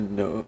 no